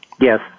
Yes